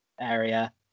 area